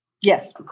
Yes